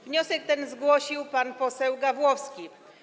Wniosek ten zgłosił pan poseł Gawłowski.